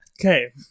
Okay